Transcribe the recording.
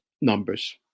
numbers